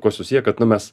kuo susiję kad nu mes